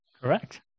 Correct